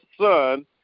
son